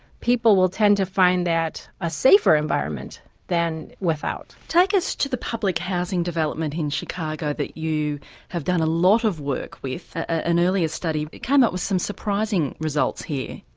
people will tend to find that a safer environment than without. take us to the public housing development in chicago that you have done a lot of work with. an earlier study came up with some surprising results here.